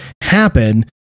happen